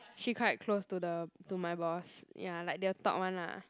she quite close to the to my boss ya like they will talk [one] lah